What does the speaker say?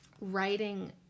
writing